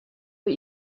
but